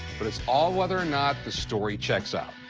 but it's all whether or not the story checks out.